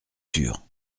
sûr